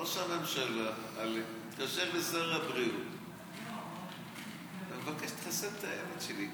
ראש הממשלה עלק מתקשר לשר הבריאות ומבקש: תחסן את הילד שלי.